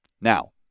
Now